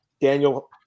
Daniel